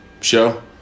show